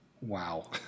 Wow